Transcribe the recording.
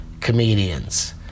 comedians